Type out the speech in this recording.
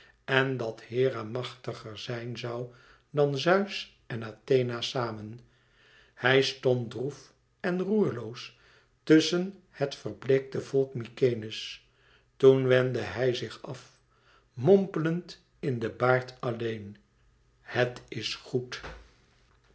en dat hera machtiger zijn zoû dan zeus en athena samen hij stond droef en roerloos tusschen het verbleekte volk mykenæ's toen wendde hij zich af mompelend in den baard alleen het is goed